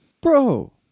Bro